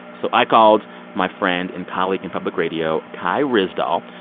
so i called my friend and colleague in public radio kai ryssdal.